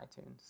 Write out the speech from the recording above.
iTunes